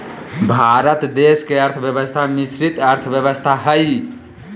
भारत देश के अर्थव्यवस्था मिश्रित अर्थव्यवस्था हइ